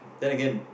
then again